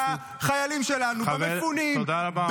בחיילים שלנו -- תודה רבה,